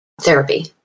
Therapy